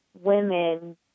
women